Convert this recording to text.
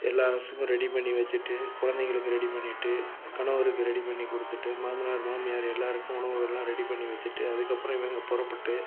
எல்லாசுக்கும் ready பண்ணி வச்சிட்டு குழந்தைங்களுக்கு ரெடி பண்ணிவிட்டு கணவருக்கு ரெடி பண்ணி கொடுத்துட்டு மாமனார் மாமியார் எல்லாருக்கும் உணவுகள் எல்லாம் ரெடி பண்ணி வச்சிட்டு அதுக்கப்புறம் இவங்க புறப்புட்டு